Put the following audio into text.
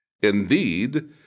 Indeed